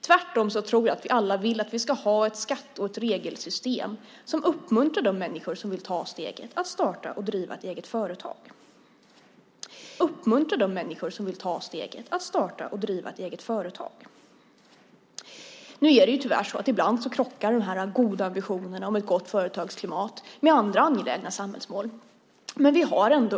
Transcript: Jag tror att vi alla vill att vi ska ha ett skatte och regelsystem som uppmuntrar de människor som vill ta steget att starta och driva ett eget företag. Ibland krockar den goda ambitionen om ett gott företagsklimat med andra angelägna samhällsmål.